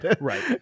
Right